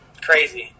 crazy